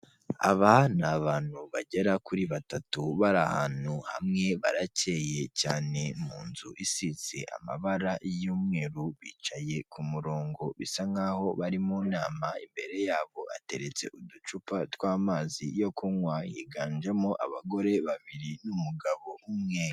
Aba ni abantu bagera kuri batatu bari ahantu hamwe, baracyeye cyane. mu nzu isize amabara y'umweru, bicaye ku murongo bisa nkaho bari mu nama. Imbere yabo hateretse uducupa tw'amazi yo kunywa, higanjemo abagore babiri n'umugabo umwe.